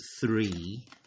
three